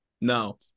No